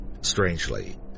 strangely